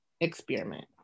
experiment